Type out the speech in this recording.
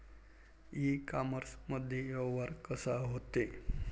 इ कामर्समंदी व्यवहार कसा होते?